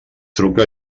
truca